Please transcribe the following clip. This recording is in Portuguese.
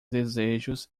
desejos